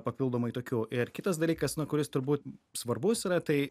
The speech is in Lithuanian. papildomai tokių ir kitas dalykas na kuris turbūt svarbus yra tai